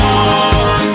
on